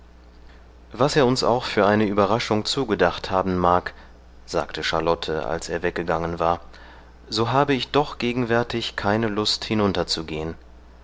was er uns auch für eine überraschung zugedacht haben mag sagte charlotte als er weggegangen war so habe ich doch gegenwärtig keine lust hinunterzugehen du